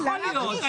יכול להיות.